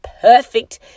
perfect